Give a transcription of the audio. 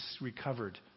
recovered